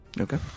Okay